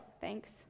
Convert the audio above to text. Thanks